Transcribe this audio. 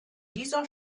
dieser